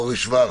אורי שוורץ,